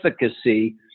efficacy